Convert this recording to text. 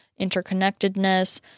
interconnectedness